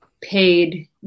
paid